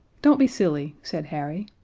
don't be silly, said harry.